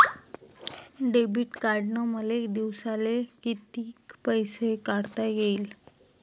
Debit कार्डनं मले दिवसाले कितीक पैसे काढता येईन?